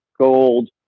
gold